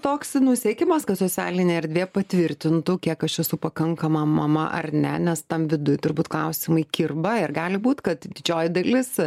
toks nu siekimas kad socialinė erdvė patvirtintų kiek aš esu pakankama mama ar ne nes tam viduj turbūt klausimai kirba ir gali būti kad didžioji dalis